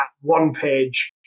one-page